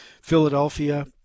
Philadelphia